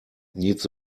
needs